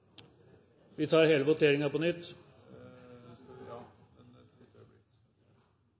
Vi tar voteringen på nytt.